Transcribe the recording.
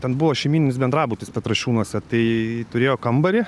ten buvo šeimyninis bendrabutis petrašiūnuose tai turėjo kambarį